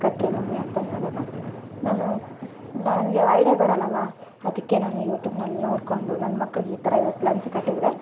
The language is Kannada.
ಕಟ್ಟಿರಿ ಮಮ್ಮಿ ಅಂತ ಹೇಳಿದಾಗ ನಾನು ನನಗೆ ಐಡ್ಯ ಬರಲ್ಲಲ್ಲ ಅದಕ್ಕೆ ನಾನು ಯೂಟ್ಯೂಬ್ನಲ್ಲಿ ನೋಡಿಕೊಂಡು ನನ್ನ ಮಕ್ಳಿಗೆ ಈ ಥರ ಇವತ್ತು ಲಂಚ್ ಕಟ್ಟಿದರೆ